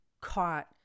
caught